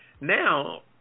Now